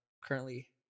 currently